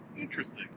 interesting